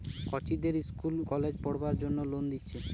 কচিদের ইস্কুল কলেজে পোড়বার জন্যে লোন দিচ্ছে